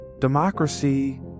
Democracy